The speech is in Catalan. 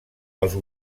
els